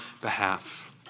behalf